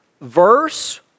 verse